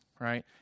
right